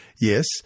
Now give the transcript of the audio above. Yes